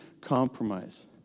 compromise